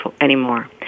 anymore